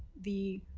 the